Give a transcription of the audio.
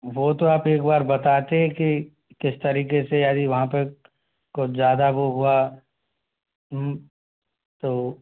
वो तो आप एक बार बताते कि किस तरीके से यदि वहाँ पे कुछ ज़्यादा वो हुआ तो